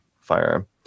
firearm